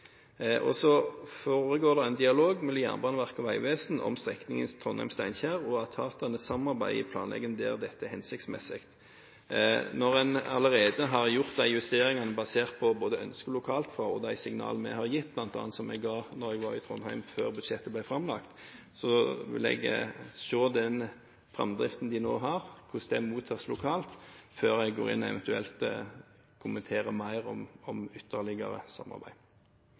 og der er de i god dialog. Så foregår det en dialog mellom Jernbaneverket og Vegvesenet om strekningen Trondheim–Steinkjer, og etatene samarbeider i planleggingen der dette er hensiktsmessig. Når en allerede har gjort disse justeringene, basert på både ønsker lokalt og de signaler vi har gitt – som jeg bl.a. ga da jeg var i Trondheim før budsjettet ble framlagt – vil jeg se den framdriften de nå har, og hvordan det mottas lokalt, før jeg går inn og eventuelt kommenterer mer om ytterligere samarbeid.